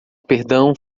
perdão